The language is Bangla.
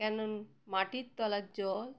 কেননা মাটির তলার জল